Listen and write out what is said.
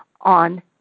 on